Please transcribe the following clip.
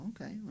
okay